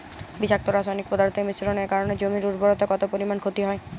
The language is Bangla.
বিষাক্ত রাসায়নিক পদার্থের মিশ্রণের কারণে জমির উর্বরতা কত পরিমাণ ক্ষতি হয়?